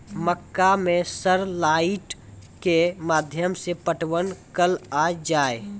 मक्का मैं sir light के माध्यम से पटवन कल आ जाए?